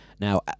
Now